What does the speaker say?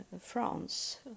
France